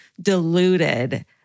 deluded